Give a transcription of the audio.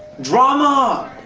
drama